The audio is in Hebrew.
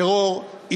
טרור,